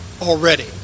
already